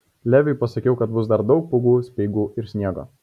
leviui pasakiau kad bus dar daug pūgų speigų ir sniego